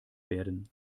werden